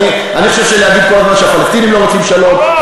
אני חושב שלהגיד כל הזמן שהפלסטינים לא רוצים שלום,